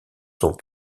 sont